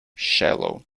shallow